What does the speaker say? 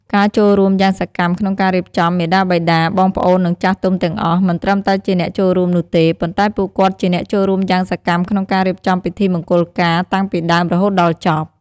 ការចូលរួមយ៉ាងសកម្មក្នុងការរៀបចំ មាតាបិតា បងប្អូន និងចាស់ទុំទាំងអស់ មិនត្រឹមតែជាអ្នកចូលរួមនោះទេ ប៉ុន្តែពួកគាត់ជាអ្នកចូលរួមយ៉ាងសកម្មក្នុងការរៀបចំពិធីមង្គលការតាំងពីដើមរហូតដល់ចប់។